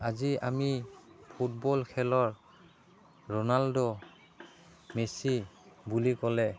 আজি আমি ফুটবল খেলৰ ৰণাল্ড' মেচি বুলি ক'লে